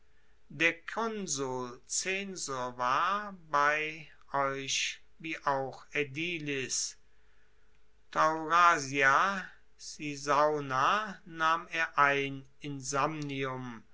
der konsul zensor war bei euch wie auch aedilis taurasia cisauna nahm er ein in